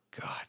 God